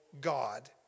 God